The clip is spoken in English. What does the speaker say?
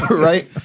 right.